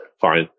fine